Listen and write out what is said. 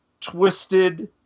twisted